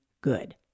good